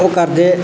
ओह् करदे